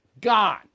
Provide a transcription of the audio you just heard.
Gone